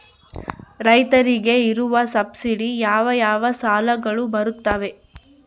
ರೈತರಿಗೆ ಇರುವ ಸಬ್ಸಿಡಿ ಯಾವ ಯಾವ ಸಾಲಗಳು ಬರುತ್ತವೆ?